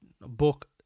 book